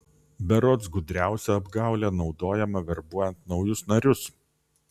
berods gudriausia apgaulė naudojama verbuojant naujus narius